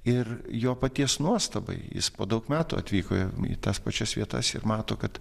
ir jo paties nuostabai jis po daug metų atvyko į tas pačias vietas ir mato kad